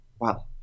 Wow